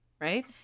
right